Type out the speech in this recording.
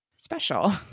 special